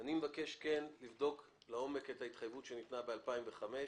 אני מבקש לבדוק לעומק את ההתחייבות שניתנה ב-2005.